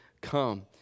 come